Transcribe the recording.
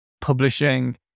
publishing